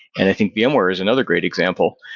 and i think the vmware is another great example,